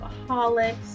alcoholics